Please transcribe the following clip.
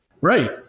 Right